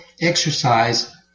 exercise